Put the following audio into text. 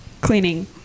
cleaning